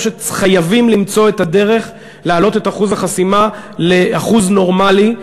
שחייבים למצוא את הדרך להעלות את אחוז החסימה לאחוז נורמלי.